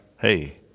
Hey